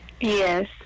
Yes